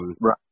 Right